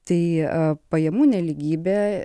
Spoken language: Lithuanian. tai pajamų nelygybė